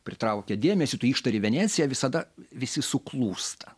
pritraukia dėmesį tu ištarei venecija visada visi suklūsta